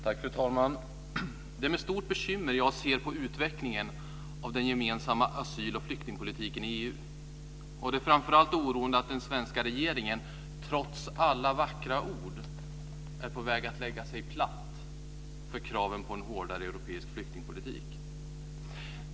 Fru talman! Det är med stort bekymmer jag ser på utvecklingen av den gemensamma asyl och flyktingpolitiken i EU. Det är framför allt oroande att den svenska regeringen, trots alla vackra ord, är på väg att lägga sig platt för kraven på en hårdare europeisk flyktingpolitik.